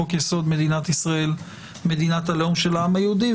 חוק-יסוד: מדינת ישראל מדינת הלאום של העם היהודי.